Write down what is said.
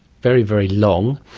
very, very long,